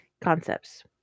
Concepts